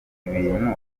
ibintu